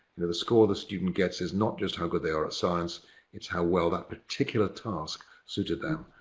you know the score the student gets is not just how good they are at science it's how well that particular task suited them.